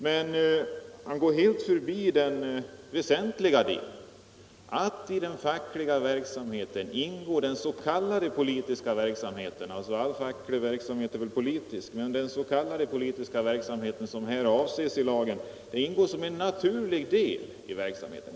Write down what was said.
Men utskottet går helt förbi den väsentliga delen, nämligen att i den fackliga verksamheten ingår en s.k. politisk verksamhet. All facklig verksamhet är väl politisk, men den s.k. politiska verksamheten som här avses i lagen ingår som en naturlig del i verksamheten.